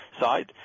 side